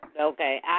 Okay